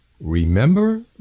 Remember